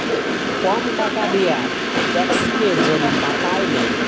কম টাকা দিঁয়ে ট্যাক্সকে যদি কাটায় লেই